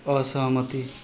असहमति